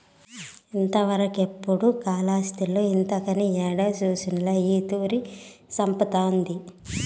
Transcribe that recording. ఇంతవరకెపుడూ కాలాస్త్రిలో ఇంతకని యేడి సూసుండ్ల ఈ తూరి సంపతండాది